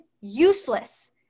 useless